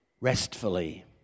restfully